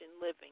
living